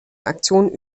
aktion